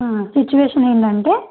situation ఏంటంటే